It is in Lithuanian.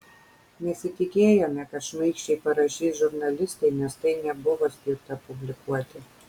nesitikėjome kad šmaikščiai parašys žurnalistai nes tai nebuvo skirta publikuoti